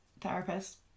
therapist